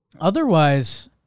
Otherwise